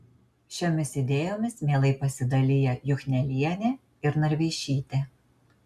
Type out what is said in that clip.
šiomis idėjomis mielai pasidalija juchnelienė ir narveišytė